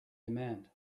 demand